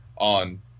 on